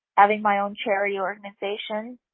having my own charity organization,